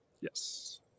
Yes